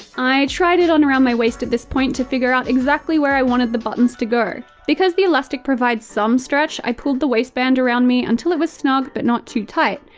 i tried it on around my waist at this point to figure out exactly where i wanted the buttons to go. because the elastic provides some stretch, i pulled the waistband around me until it was snug but not too tight,